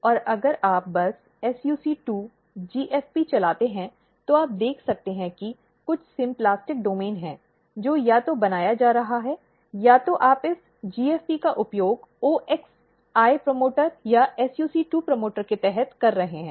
और अगर आप बस SUC2 GFP चलाते हैं तो आप देख सकते हैं कि कुछ सिम्प्लास्टिक डोमेन हैं जो या तो बनाया जा रहा है या तो आप इस GFP का उपयोग OX1 प्रमोटर या SUC2 प्रमोटर के तहत कर रहे हैं